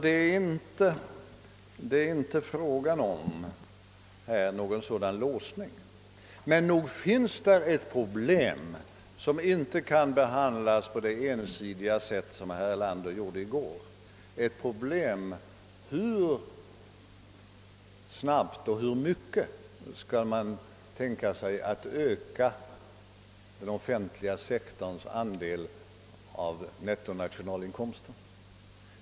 Det är alltså här inte fråga om någon sådan låsning som herr Erlander antydde. Men nog är det ett problem som inte kan behandlas på det ensidiga sätt som herr Erlander gjorde i går, nämligen problemet hur snabbt och hur mycket man lämpligen kan tänka sig öka den offentliga sektorns andel av nettonationalinkomsten.